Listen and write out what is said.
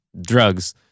drugs